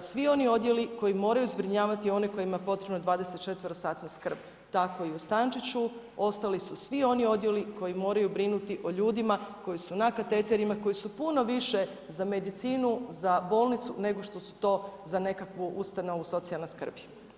svi oni odjeli koji moraju zbrinjavati one kojima je potrebno 24-satna skrb, tako i u Stančiću, ostali su svi oni odjeli koji moraju brinuti o ljudima koji su na kateterima, koji su puno više za medicinu, za bolnicu nego što su to za nekakvu ustanovu socijalne skrbi.